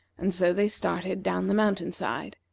and so they started down the mountain-side,